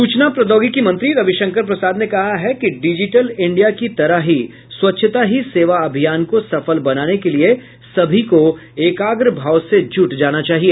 सूचना प्रौद्योगिकी मंत्री रविशंकर प्रसाद ने कहा है कि डिजिटल इंडिया की तरह ही स्वच्छता ही सेवा अभियान को सफल बनाने के लिये सभी को एकाग्र भाव से जुट जाना चाहिए